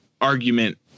argument